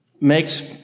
makes